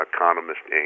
Economist